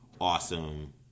awesome